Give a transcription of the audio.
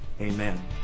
amen